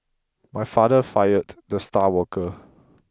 my father fired the star worker